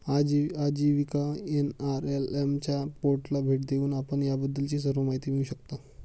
आजीविका एन.आर.एल.एम च्या पोर्टलला भेट देऊन आपण याबद्दलची सर्व माहिती मिळवू शकता